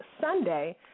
Sunday